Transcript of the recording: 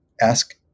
ask